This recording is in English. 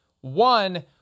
One